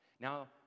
Now